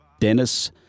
Dennis